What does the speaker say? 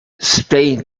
spain